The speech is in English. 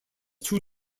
two